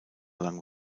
lang